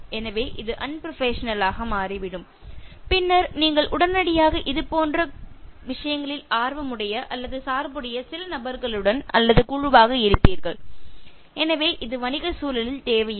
எனவே இது அன்ப்ரொபஷனல் ஆக மாறிவிடும் பின்னர் நீங்கள் உடனடியாக இதுபோன்ற விஷயங்களில் ஆர்வமுடைய அல்லது சார்புடைய சில நபர்களுடன் அல்லது குழுவாக இருப்பீர்கள் எனவே இது வணிகச் சூழலில் தேவையில்லை